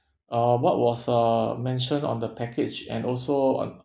uh what was uh mentioned on the package and also on